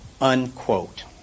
unquote